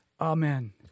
Amen